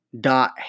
dot